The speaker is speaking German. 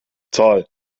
toll